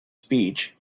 speech